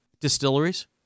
distilleries